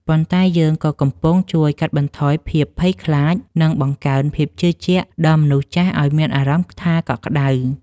ប៉ុន្តែយើងក៏កំពុងជួយកាត់បន្ថយភាពភ័យខ្លាច និងបង្កើនភាពជឿជាក់ដល់មនុស្សចាស់ឱ្យមានអារម្មណ៍ថាកក់ក្ដៅ។